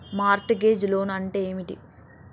Mart gauge loan అంటే ఏమిటి?